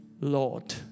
Lord